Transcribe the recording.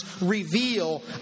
reveal